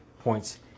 points